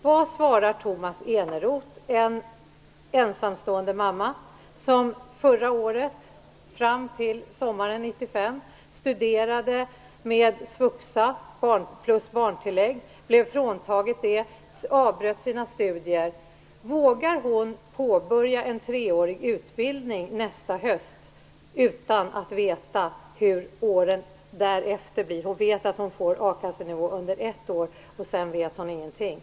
Vad svarar Tomas Eneroth en ensamstående mamma som förra året, fram till sommaren 95, studerade med svuxa plus barntillägg, blev fråntagen det och avbröt sina studier? Vågar hon påbörja en treårig utbildning nästa höst utan att veta hur åren därefter blir? Hon vet att hon får ersättning på akassenivå under ett år, men sedan vet hon ingenting.